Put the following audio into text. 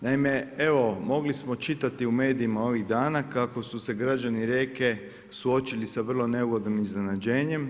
Naime, evo mogli smo čitati u medijima ovih dana kako su se građani Rijeke suočili sa vrlo neugodnim iznenađenjem.